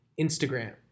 Instagram